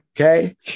Okay